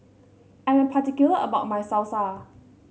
I am particular about my Salsa